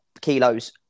kilos